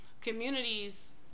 communities